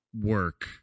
work